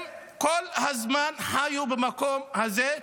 הם כל הזמן חיו במקום הזה,